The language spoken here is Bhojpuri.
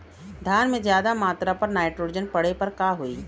धान में ज्यादा मात्रा पर नाइट्रोजन पड़े पर का होई?